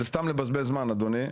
זה סתם לבזבז זמן אדוני.